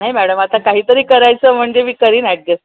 नाही मॅडम आता काही तरी करायचं म्हणजे मी करीन ॲडजस्ट